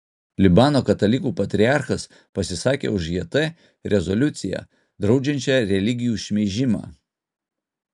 libano katalikų patriarchas pasisakė už jt rezoliuciją draudžiančią religijų šmeižimą